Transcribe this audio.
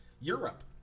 Europe